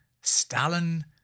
Stalin